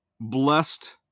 Blessed